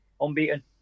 unbeaten